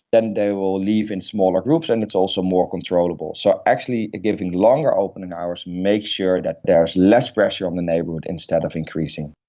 then they will leave in smaller groups and it's also more controllable. so actually giving longer opening hours makes sure that there is less pressure on the neighbourhood instead of increasing.